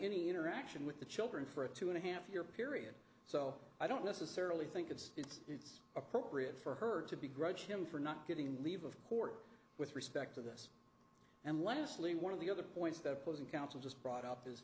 any interaction with the children for a two and a half year period so i don't necessarily think it's appropriate for her to begrudge him for not getting leave of court with respect to this and lastly one of the other points that opposing counsel just brought up is